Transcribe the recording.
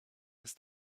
ist